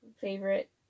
favorite